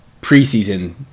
preseason